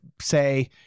say –